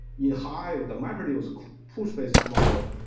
yeah hive the mapreduce push-based model,